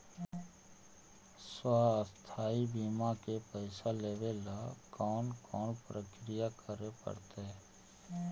स्वास्थी बिमा के पैसा लेबे ल कोन कोन परकिया करे पड़तै?